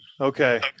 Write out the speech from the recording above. Okay